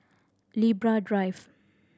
Libra Drive